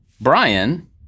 Brian